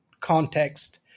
context